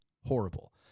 horrible